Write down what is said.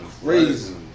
crazy